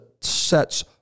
sets